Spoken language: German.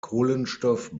kohlenstoff